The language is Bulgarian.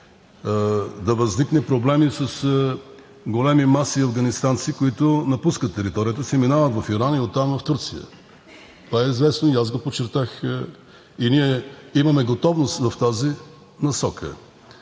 да възникне проблем и с големи маси афганистанци, които напускат територията си, минават в Иран и оттам в Турция. Това е известно и аз го подчертах. И ние имаме готовност в тази насока.